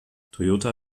toyota